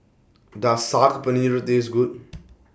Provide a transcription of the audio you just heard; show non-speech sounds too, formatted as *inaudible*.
Does Saag Paneer Taste Good *noise*